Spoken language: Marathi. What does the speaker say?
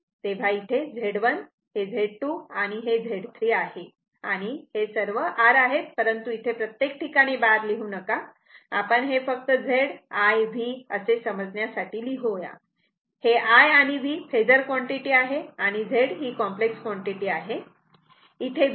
तेव्हा इथे हे Z1 आहे इथे हे Z2 आहे इथे हे Z3 आहे आणि हे सर्व R आहेत परंतु इथे प्रत्येक ठिकाणी बार लिहू नका आपण हे फक्त Z I V असे समजण्यासाठी लिहूया हे I आणि V फेजर क्वांटिटी आहे आणि Z ही कॉम्प्लेक्स क्वांटिटी आहे